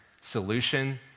solution